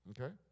Okay